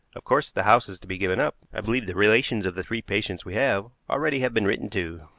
of course, the house is to be given up. i believe the relations of the three patients we have already have been written to.